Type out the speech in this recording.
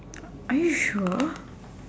are you sure